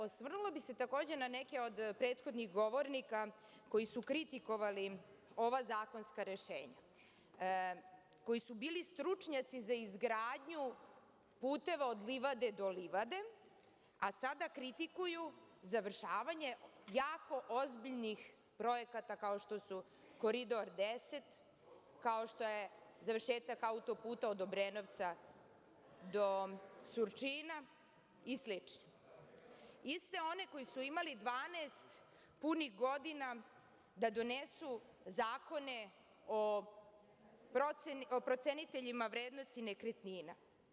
Osvrnula bih se, takođe, na neke od prethodnih govornika koji su kritikovali ova zakonska rešenja, koji su bili stručnjaci za izgradnju puteva od livade do livade, a sada kritikuju završavanje jako ozbiljnih projekata, kao što su Koridor 10, kao što je završetak auto-puta od Obrenovca do Surčina i slično, iste one koji su imali 12 punih godina da donesu zakone o proceniteljima vrednosti nekretnina.